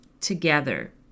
together